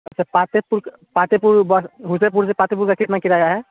अच्छा पातेपुर क पातेपुर बस उदयपुर से फातेपुर का कितना किराया है